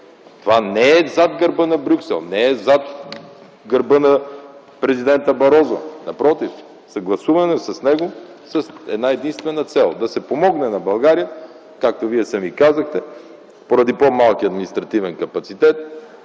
Това не е зад гърба на Брюксел, не е зад гърба на президента Барозу. Напротив, съгласувано е с него, с една единствена цел – да се помогне на България, както вие сами казахте, поради по-малкия административен капацитет.